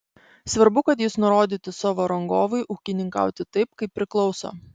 svarbu kad jis nurodytų savo rangovui ūkininkauti taip kaip priklauso